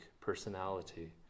personality